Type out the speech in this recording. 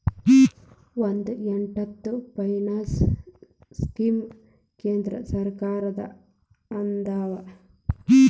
ಒಂದ್ ಎಂಟತ್ತು finance scheme ಕೇಂದ್ರ ಸರ್ಕಾರದ್ದ ಅದಾವ